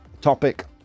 topic